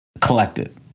collected